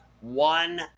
one